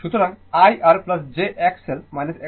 সুতরাং I R j XL Xc